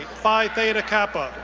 phi theta kappa.